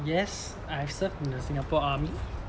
yes I have served in the singapore army